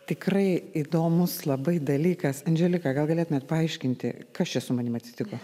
tikrai įdomus labai dalykas andželika gal galėtumėt paaiškinti kas čia su manim atsitiko